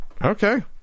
okay